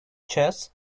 chests